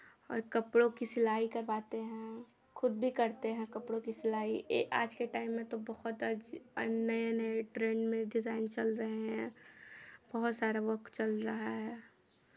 और कपड़ों की सिलाई करवाते हैं खुद भी करते हैं कपड़ों की सिलाई आज के टाइम में तो बहुत नए नए ट्रेंड में डिज़ाइन चल रहे हैं बहुत सारा वर्क चल रहा है